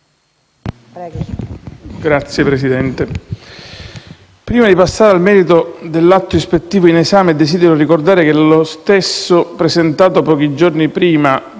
Signora Presidente, prima di passare al merito dell'atto ispettivo in esame, desidero ricordare che lo stesso, presentato pochi giorni prima